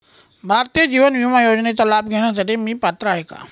भारतीय जीवन विमा योजनेचा लाभ घेण्यासाठी मी पात्र आहे का?